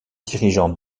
dirigeants